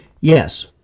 yes